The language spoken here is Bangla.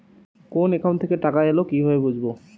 কোন একাউন্ট থেকে টাকা এল কিভাবে বুঝব?